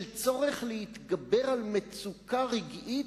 בשל צורך להתגבר על מצוקה רגעית,